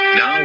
Now